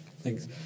thanks